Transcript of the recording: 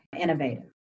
innovative